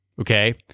Okay